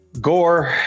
gore